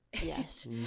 Yes